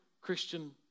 Christian